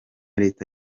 leta